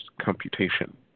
computation